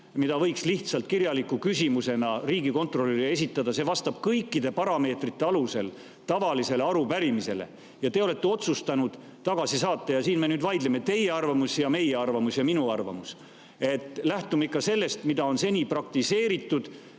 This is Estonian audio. mille võiks lihtsalt kirjaliku küsimusena riigikontrolörile esitada. See vastab kõikide parameetrite alusel tavalisele arupärimisele, aga te olete otsustanud selle tagasi saata. Ja siin me nüüd vaidleme: teie arvamus, meie arvamus ja minu arvamus. Lähtume ikka sellest, mida on seni praktiseeritud.